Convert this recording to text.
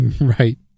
right